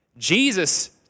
Jesus